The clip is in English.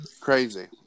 Crazy